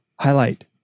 highlight